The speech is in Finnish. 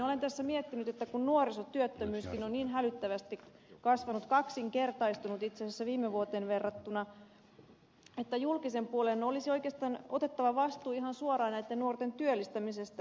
olen tässä miettinyt kun nuorisotyöttömyyskin on niin hälyttävästi kasvanut kaksinkertaistunut itse asiassa viime vuoteen verrattuna että julkisen puolen olisi oikeastaan otettava vastuu ihan suoraan näitten nuorten työllistämisestä